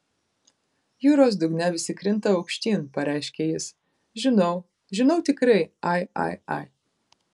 jūros dugne visi krinta aukštyn pareiškė jis žinau žinau tikrai ai ai ai